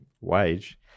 wage